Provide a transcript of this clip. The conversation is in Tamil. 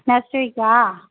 நெக்ஸ்ட்டு வீக்கா